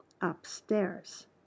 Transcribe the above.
upstairs